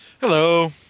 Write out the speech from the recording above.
Hello